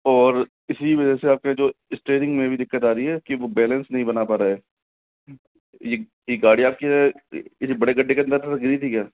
और इसी वजह से आपके जो स्टेरिंग में भी दिक्कत आ रही है कि वह बैलेंस नहीं बना पा रहा है यह ये गाड़ी आपकी यह जो बड़े गड्ढे के अंदर गिरी थी क्या